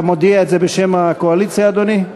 אתה מודיע את זה בשם הקואליציה, אדוני?